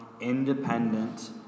independent